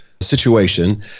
situation